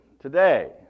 today